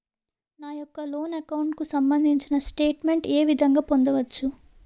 నా యెక్క loan account కు సంబందించిన స్టేట్ మెంట్ ఏ విధంగా పొందవచ్చు?